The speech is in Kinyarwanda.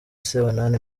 sebanani